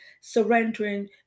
surrendering